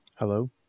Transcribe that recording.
hello